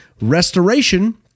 restoration